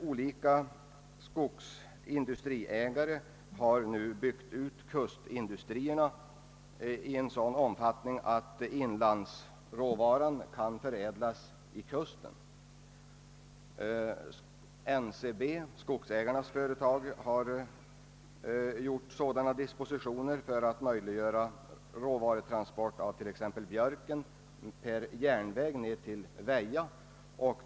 Olika skogsindustriägare har nu byggt ut kustindustrierna i en sådan omfattning att inlandsråvaran kan förädlas vid kusten. NCB, skogsägarnas företag, har vidtagit sådana dispositioner för att möjliggöra råvarutransport per järnväg ned till Väja av t.ex. björk.